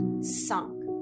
sunk